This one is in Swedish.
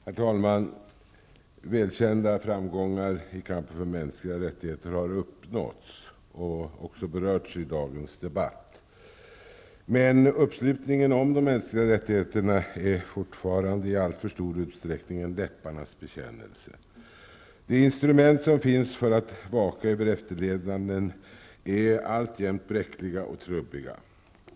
Herr talman! Välkända framgångar i kampen för mänskliga rättigheter har uppnåtts och också berörts i dagens debatt. Uppslutningen om de mänskliga rättigheterna är fortfarande i alltför stor utsträckning en läpparnas bekännelse. De instrument som finns för att vaka över efterlevnaden är alltjämt bräckliga och trubbiga.